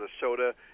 Minnesota